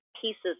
pieces